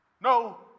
No